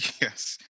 Yes